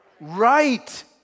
right